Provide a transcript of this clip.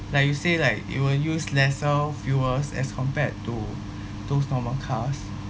like you say like you will use lesser fuels as compared to those normal cars